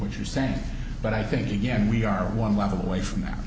what you're saying but i think again we are at one level away from